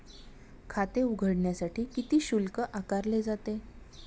खाते उघडण्यासाठी किती शुल्क आकारले जाते?